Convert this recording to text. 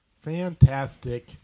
fantastic